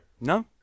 No